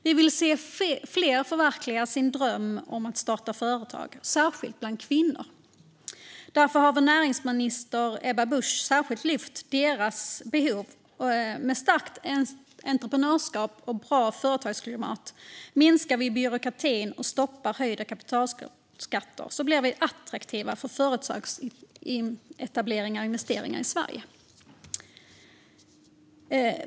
Vi vill se fler förverkliga sin dröm om att starta företag, särskilt bland kvinnor. Därför har vår näringsminister Ebba Busch särskilt lyft deras behov. Med starkt entreprenörskap och bra företagsklimat minskar vi byråkratin och stoppar höjda kapitalskatter. Då blir vi attraktiva för företagsetableringar och investeringar i Sverige.